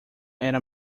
era